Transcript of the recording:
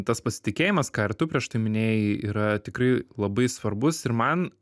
tas pasitikėjimas ką ir tu prieš tai minėjai yra tikrai labai svarbus ir man